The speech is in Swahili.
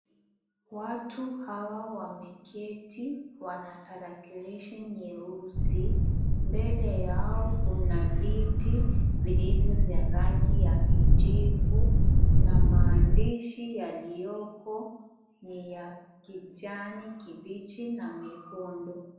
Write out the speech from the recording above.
Watu hawa wameketi wana tarakilishi nyeusi, mbele yao kuna viti vilivyo vya rangi ya kijivu na maandishi yaliyoko ni ya kijani kibichi na mekundu.